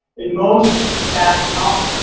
in most. in fact, ah